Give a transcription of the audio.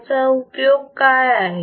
याचा उपयोग काय आहे